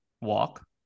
walk